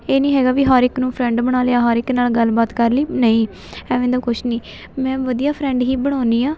ਇਹ ਨਹੀਂ ਹੈਗਾ ਵੀ ਹਰ ਇੱਕ ਨੂੰ ਫਰੈਂਡ ਬਣਾ ਲਿਆ ਹਰ ਇੱਕ ਨਾਲ ਗੱਲਬਾਤ ਕਰ ਲਈ ਨਹੀਂ ਐਵੇਂ ਦਾ ਕੁਛ ਨਹੀਂ ਮੈਂ ਵਧੀਆ ਫਰੈਂਡ ਹੀ ਬਣਾਉਂਦੀ ਹਾਂ